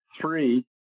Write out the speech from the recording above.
three